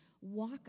walk